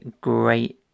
great